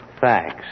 Thanks